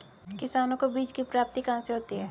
किसानों को बीज की प्राप्ति कहाँ से होती है?